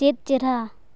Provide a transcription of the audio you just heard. ᱪᱮᱫ ᱪᱮᱨᱦᱟ